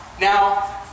Now